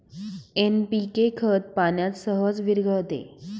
NPK खत पाण्यात सहज विरघळते